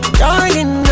darling